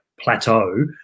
Plateau